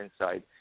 inside